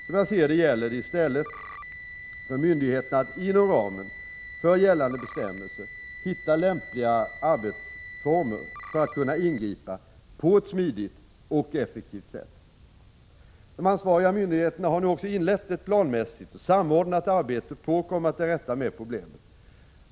Som jag ser det gäller det i stället för myndigheterna att inom ramen för gällande bestämmelser hitta lämpliga arbetsformer för att kunna ingripa på ett smidigt och effektivt sätt. De ansvariga myndigheterna har nu också inlett ett planmässigt och samordnat arbete på att komma till rätta med problemen.